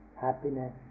happiness